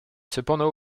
cependant